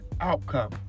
outcome